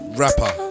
rapper